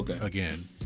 Again